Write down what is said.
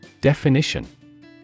Definition